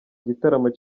igitaramo